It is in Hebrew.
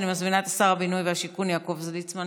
אני מזמינה את שר הבינוי והשיכון יעקב ליצמן